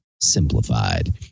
simplified